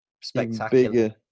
spectacular